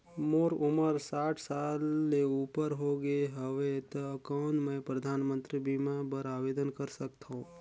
मोर उमर साठ साल ले उपर हो गे हवय त कौन मैं परधानमंतरी बीमा बर आवेदन कर सकथव?